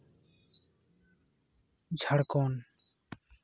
Jharkhand